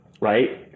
right